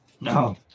no